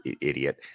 idiot